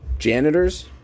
Janitors